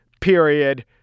period